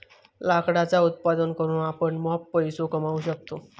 लाकडाचा उत्पादन करून आपण मॉप पैसो कमावू शकतव